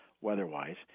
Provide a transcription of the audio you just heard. weather-wise